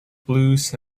blues